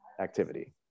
activity